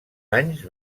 anys